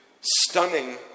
stunning